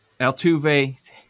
Altuve